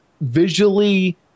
visually